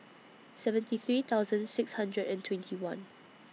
seventy three thousand six hundred and twenty one